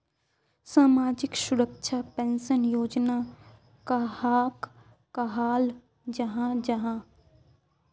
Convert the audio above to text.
सामाजिक सुरक्षा पेंशन योजना कहाक कहाल जाहा जाहा?